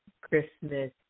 Christmas